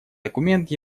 документ